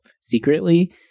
secretly